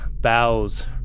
bows